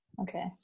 Okay